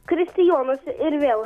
kristijonas ir vėl